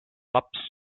laps